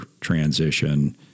transition